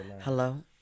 Hello